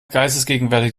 geistesgegenwärtig